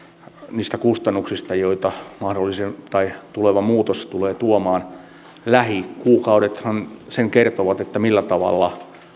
niistä kustannuksista joita tuleva muutos tulee tuomaan lähikuukaudethan sen kertovat millä tavalla